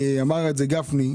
אמר את זה גפני,